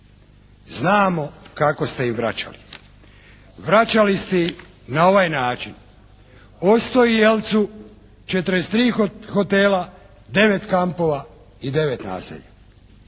Znamo kako ste ih vraćali. Vraćali ste ih na ovaj način. Ostoji i ELC-u 43 hotela, 9 kampova i 9 naselja.